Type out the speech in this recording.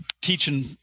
teaching